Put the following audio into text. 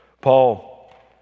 paul